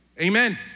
Amen